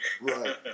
Right